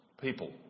people